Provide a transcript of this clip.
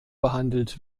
behandelt